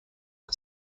are